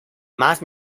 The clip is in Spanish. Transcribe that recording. más